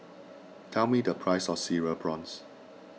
tell me the price of Cereal Prawns